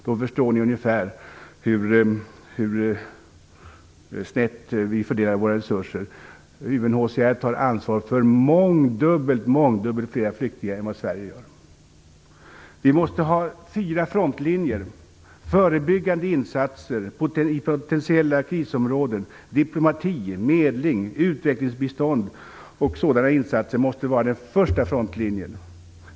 Då förstår ni ungefär hur snett vi fördelar våra resurser. UNHCR tar ansvar för mångdubbelt flera flyktingar än vad Sverige gör. Vi måste ha fyra frontlinjer. Förebyggande insatser i potentiella krisområden, diplomati, medling, utvecklingsbistånd och liknande insatser måste vara den första frontlinjen.